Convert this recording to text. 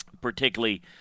particularly